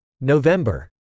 November